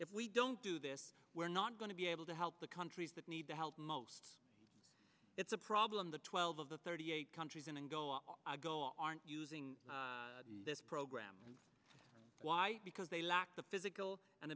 if we don't do this we're not going to be able to help the countries that need to help most it's a problem the twelve of the thirty eight countries and go all go aren't using this program and why because they lack the physical and